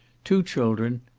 two children,